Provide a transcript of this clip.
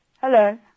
Hello